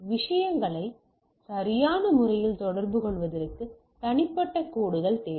விஷயங்களை சரியான முறையில் தொடர்புகொள்வதற்கு தனிப்பட்ட கோடுகள் தேவை